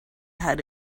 had